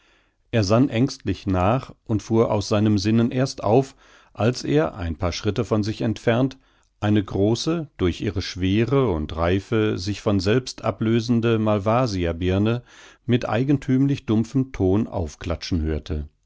er sann ängstlich nach und fuhr aus seinem sinnen erst auf als er ein paar schritte von sich entfernt eine große durch ihre schwere und reife sich von selbst ablösende malvasierbirne mit eigenthümlich dumpfem ton aufklatschen hörte